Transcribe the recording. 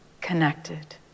connected